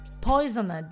poisoned